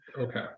Okay